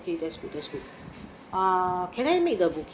okay that's good that's good err can I make the booking